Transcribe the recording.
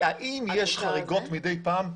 האם יש חריגות מדי פעם?